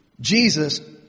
Jesus